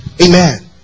Amen